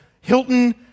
Hilton